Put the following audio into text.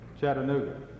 Chattanooga